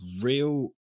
real